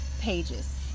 pages